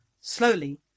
Slowly